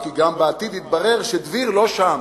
דבירה, ואחר כך התברר שגם דביר לא שם.